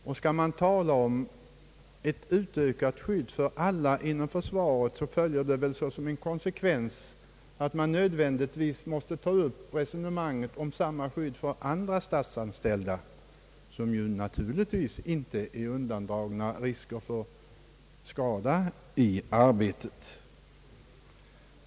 Talar man om ett utökat skydd för alla inom försvaret, blir väl konsekvensen att man nödvändigtvis måste ta upp resonemanget om samma skydd för andra statsanställda, som naturligtvis inte är fria från risker för skada i arbetet.